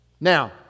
now